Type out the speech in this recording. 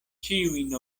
ĉiujn